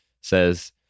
says